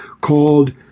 called